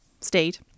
state